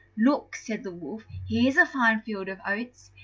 look, said the wolf, here's a fine field of oats.